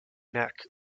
neck